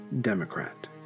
democrat